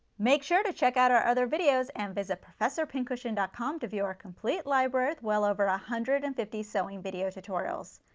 make sure to check out our other videos and visit professorpincushion dot com to view our complete library with well over a one hundred and fifty sewing video tutorials.